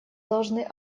должны